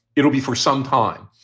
it'll be for some time.